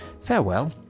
Farewell